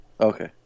Okay